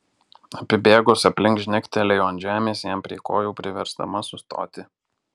apibėgusi aplink žnektelėjo ant žemės jam prie kojų priversdama sustoti